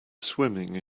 swimming